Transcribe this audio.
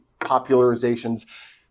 popularizations